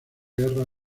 guerra